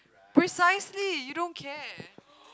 precisely you don't care